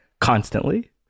constantly